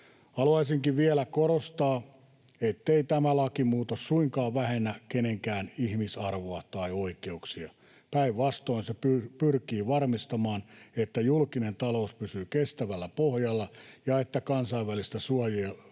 Haluaisinkin vielä korostaa, ettei tämä lakimuutos suinkaan vähennä kenenkään ihmisarvoa tai oikeuksia. Päinvastoin se pyrkii varmistamaan, että julkinen talous pysyy kestävällä pohjalla ja että kansainvälistä suojelua